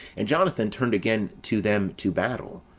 and jonathan turned again to them to battle,